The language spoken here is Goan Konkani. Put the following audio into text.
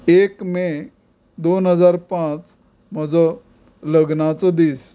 एक मे दोन हजार पांच म्हजो लग्नाचो दीस